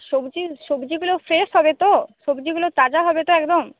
সবজি সবজিগুলো ফ্রেশ হবে তো সবজিগুলো তাজা হবে তো একদম